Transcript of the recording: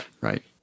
Right